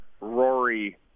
Rory